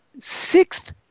sixth